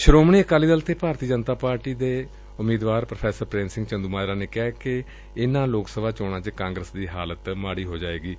ਸ਼੍ਰੋਮਣੀ ਅਕਾਲੀ ਦਲ ਅਤੇ ਭਾਰਤੀ ਜਨਤਾ ਪਾਰਟੀ ਦੇ ਸਾਂਝੇ ਉਮੀਦਵਾਰ ਧੌ ਪ੍ਰੇਮ ਸਿੰਘ ਚੰਦੁਮਾਜਰਾ ਨੇ ਕਿਹਾ ਕਿ ਇਨ੍ਹਾਂ ਲੋਕ ਸਭਾ ਚੋਣਾਂ ਵਿਚ ਕਾਂਗਰਸ ਦੀ ਹਾਲਤ ਮਾਤੀ ਹੋ ਜਾਵੇਗੀ